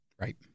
Right